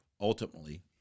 ultimately